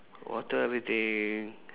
water everything